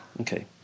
Okay